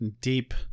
deep